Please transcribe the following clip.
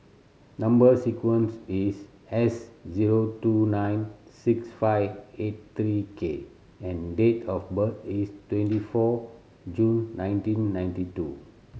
number sequence is S zero two nine six five eight three K and date of birth is twenty four June nineteen ninety two